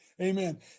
Amen